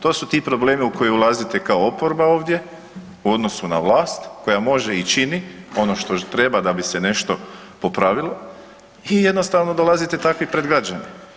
To su ti problemi u koje ulazite kao oporba ovdje u odnosu na vlast koja može i čini ono što treba da bi se nešto popravilo i jednostavno dolazite takvi pred građane.